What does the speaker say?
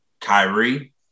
Kyrie